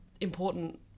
important